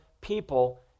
people